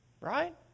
Right